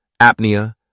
apnea